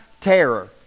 Terror